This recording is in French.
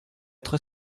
très